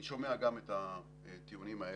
אני שומע גם את הטיעונים האלה.